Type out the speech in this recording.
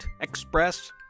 Express